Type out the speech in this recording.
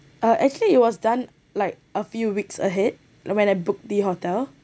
uh actually it was done like a few weeks ahead when I book the hotel